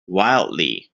wildly